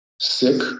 sick